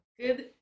Good